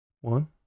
one